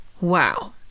wow